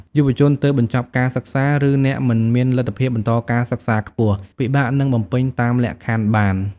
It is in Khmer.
យុវជនទើបបញ្ចប់ការសិក្សា ឬអ្នកមិនមានលទ្ធភាពបន្តការសិក្សាខ្ពស់ ពិបាកនឹងបំពេញតាមលក្ខខណ្ឌបាន។